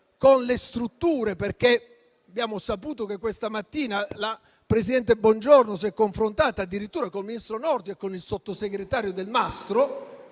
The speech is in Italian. con le strutture. Abbiamo saputo infatti che questa mattina la presidente Bongiorno si è confrontata addirittura con il ministro Nordio e con il sottosegretario Delmastro,